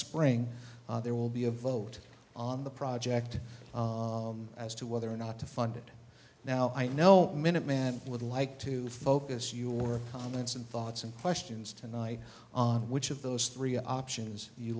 spring there will be a vote on the project as to whether or not to fund it now i know minuteman would like to focus your comments and thoughts and questions tonight on which of those three options you